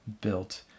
built